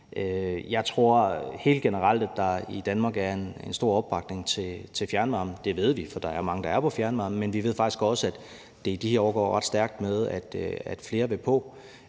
Jeg tror helt generelt, at der i Danmark er en stor opbakning til fjernvarme. Det ved vi der er, for der er mange, der er på fjernvarme, men vi ved faktisk også, at det i de her år går ret stærkt med, at flere vil på,